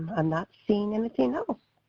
i'm not seeing anything else.